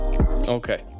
okay